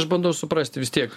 aš bandau suprasti vis tiek